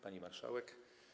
Pani Marszałek!